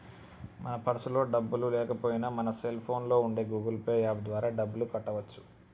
మన పర్సులో డబ్బులు లేకపోయినా మన సెల్ ఫోన్లో ఉండే గూగుల్ పే యాప్ ద్వారా డబ్బులు కట్టవచ్చు